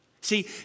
see